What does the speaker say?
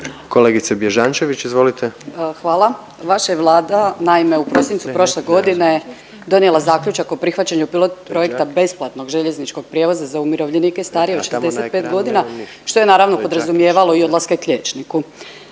izvolite. **Bježančević, Sanja (SDP)** Hvala. Vaša je Vlada naime u prosincu prošle godine donijela zaključak o prihvaćanju pilot projekta besplatnog željezničkog prijevoza za umirovljenike starije od 45 godine što je naravno podrazumijevalo i odlaske k liječniku.